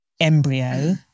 embryo